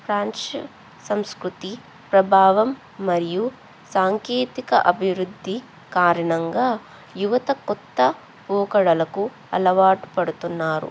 French సంస్కృతి ప్రభావం మరియు సాంకేతిక అభివృద్ధి కారణంగా యువత కొత్త పోకడలకు అలవాటు పడుతున్నారు